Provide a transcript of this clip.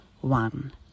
One